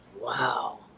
Wow